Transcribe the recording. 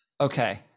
Okay